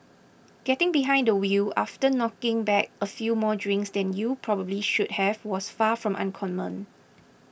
getting behind the wheel after knocking back a few more drinks than you probably should have was far from uncommon